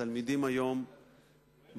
התלמידים היום בחופשה,